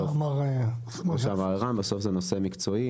כמו שאמר ערן, בסוף זה נושא מקצועי.